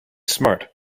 smart